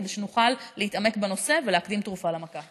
כדי שנוכל להתעמק בנושא ולהקדים תרופה למכה.